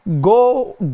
Go